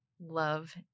love